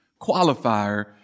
qualifier